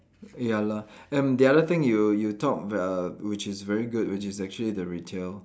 ya lah and the other thing you you talk uh which is very good which is actually the retail